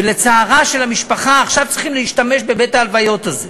ולצערה של המשפחה עכשיו צריכים להשתמש בבית-ההלוויות הזה.